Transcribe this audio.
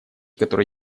которые